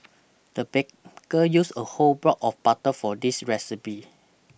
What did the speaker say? the baker used a whole block of butter for this recipe